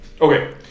Okay